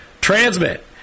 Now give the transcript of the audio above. Transmit